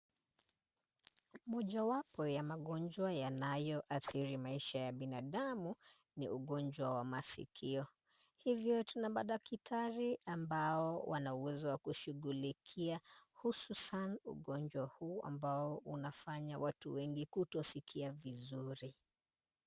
Mojawapo ya magonjwa yanayoathiri maisha ya binadamu, ni ugonjwa wa masikio. Hivyo tuna madaktari ambao wana uwezo wa kushughulikia, hususan ugonjwa huu ambao unafanya watu wengi kutosikia vizuri.